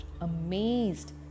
amazed